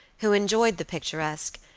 who enjoyed the picturesque,